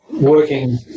working